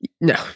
No